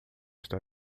está